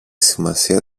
σημασία